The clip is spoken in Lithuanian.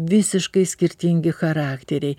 visiškai skirtingi charakteriai